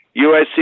USC